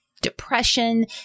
depression